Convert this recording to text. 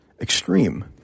extreme